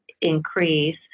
increase